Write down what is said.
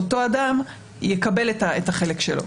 אותו אדם יקבל את החלק שלו.